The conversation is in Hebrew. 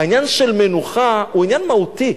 העניין של מנוחה הוא עניין מהותי,